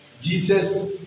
Jesus